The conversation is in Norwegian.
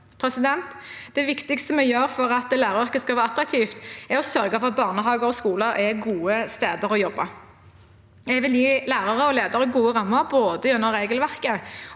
3641 Det viktigste vi gjør for at læreryrket skal være attraktivt, er å sørge for at barnehager og skoler er gode steder å jobbe. Jeg vil gi lærere og ledere gode rammer gjennom både regelverket